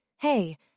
Hey